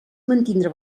mantindre